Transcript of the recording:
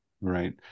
Right